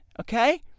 okay